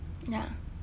ya